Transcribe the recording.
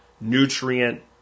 nutrient